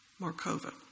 Markova